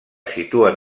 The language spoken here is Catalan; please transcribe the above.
situen